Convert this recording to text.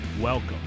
Welcome